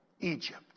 Egypt